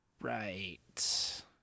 right